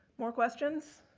more questions?